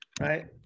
right